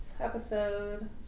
episode